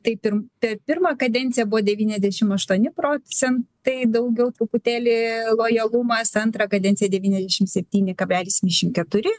taip ir per pirmą kadenciją buvo devyniasdešim aštuoni procentai tai daugiau truputėlį lojalumas antrą kadenciją devyniasdešim septyni kablelis dvidešim keturi